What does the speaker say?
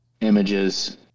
images